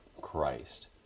Christ